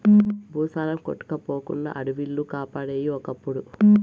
భూసారం కొట్టుకుపోకుండా అడివిలు కాపాడేయి ఒకప్పుడు